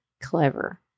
clever